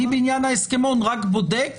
בעניין ההסכמון אני רק בודק